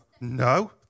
no